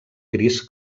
gris